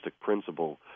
principle